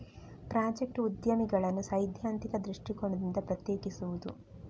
project ಉದ್ಯಮಿಗಳನ್ನು ಸೈದ್ಧಾಂತಿಕ ದೃಷ್ಟಿಕೋನದಿಂದ ಪ್ರತ್ಯೇಕಿಸುವುದು